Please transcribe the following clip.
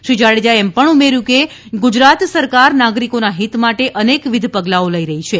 શ્રી જાડેજાએ ઉમેર્યું કે ગુજરાત સરકાર નાગરિકોના હિત માટે અનેકવિધ પગલાઓ લઇ રહી છે